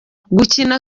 gukina